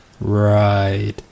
right